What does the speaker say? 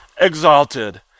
exalted